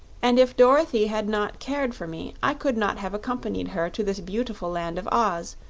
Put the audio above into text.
and if dorothy had not cared for me i could not have accompanied her to this beautiful land of oz,